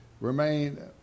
remain